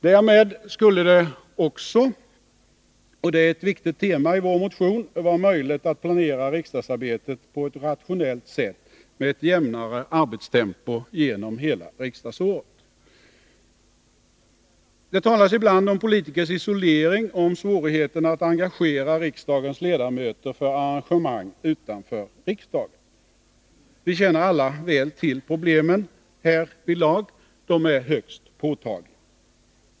Därmed skulle det också — och det är ett viktigt tema i vår motion — vara möjligt att planera riksdagsarbetet på ett rationellt sätt med ett jämnare arbetstempo under hela riksdagsåret. Det talas ibland om politikers isolering och om svårigheten att engagera riksdagens ledamöter för arrangemang utanför riksdagen. Vi känner alla väl till problemen härvidlag. De är högst påtagliga.